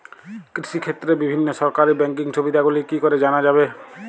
কৃষিক্ষেত্রে বিভিন্ন সরকারি ব্যকিং সুবিধাগুলি কি করে জানা যাবে?